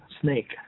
snake